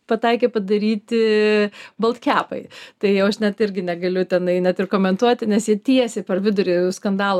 pataikė padaryti baltkepai tai jau aš net irgi negaliu tenai net ir komentuoti nes jie tiesiai per vidurį skandalo